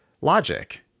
logic